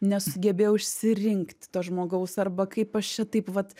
nesugebėjau išsirinkti to žmogaus arba kaip aš čia taip vat